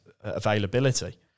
availability